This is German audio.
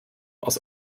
aus